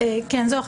אני אומר